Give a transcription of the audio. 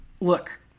look